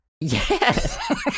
Yes